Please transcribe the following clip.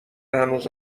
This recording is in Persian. هنوز